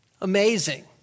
amazing